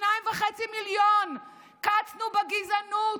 שניים וחצי מיליון: קצנו בגזענות,